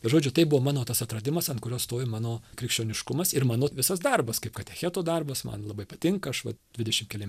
žodžiu tai buvo mano tas atradimas ant kurio stovi mano krikščioniškumas ir mano visas darbas kaip katecheto darbas man labai patinka aš vat videšimt keli